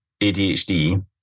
ADHD